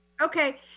Okay